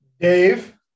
Dave